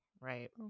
Right